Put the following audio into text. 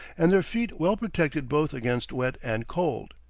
and their feet well protected both against wet and cold.